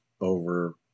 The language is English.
over